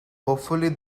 hopefully